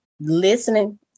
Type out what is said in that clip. listening